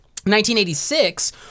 1986